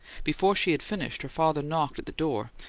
before she had finished, her father knocked at the door,